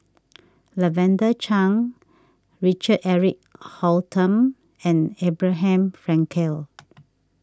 Lavender Chang Richard Eric Holttum and Abraham Frankel